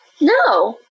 No